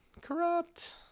corrupt